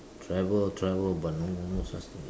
travel travel but no no such thing